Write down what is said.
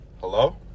Hello